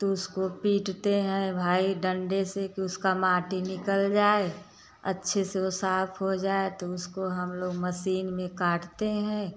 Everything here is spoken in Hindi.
तो उसको पीटते हैं भाई डंडे से कि उसका माटी निकल जाए अच्छे से वो साफ हो जाए तो उसको हम लोग मसीन में काटते हैं